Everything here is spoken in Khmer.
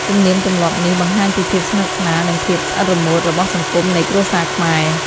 ទំនៀមទម្លាប់នេះ បង្ហាញពីភាពស្និទ្ធស្នាល និងភាពស្អិតរមួតរបស់សង្គមនៃគ្រួសារខ្មែរ។